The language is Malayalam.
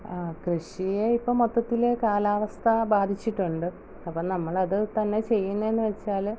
കൃഷിയെ ഇപ്പം മൊത്തത്തിൽ കാലാവസ്ഥ ബാധിച്ചിട്ടുണ്ട് അപ്പം നമ്മളത് തന്നെ ചെയ്യുന്നേന്ന് വെച്ചാൽ